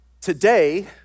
today